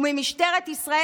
וממשטרת ישראל,